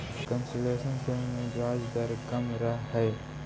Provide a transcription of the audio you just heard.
concessional ऋण में ब्याज दर कम रहऽ हइ